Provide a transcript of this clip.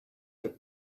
your